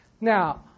Now